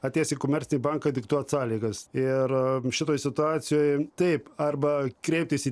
atėjęs į komercinį banką diktuot sąlygas ir šitoj situacijoj taip arba kreiptis į